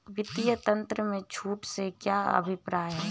वित्तीय तंत्र में छूट से क्या अभिप्राय है?